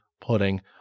pudding